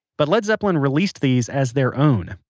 but led zeppelin released these as their own,